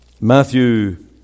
Matthew